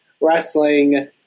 wrestling